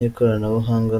n’ikoranabuhanga